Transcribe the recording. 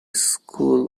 school